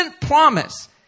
promise